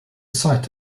site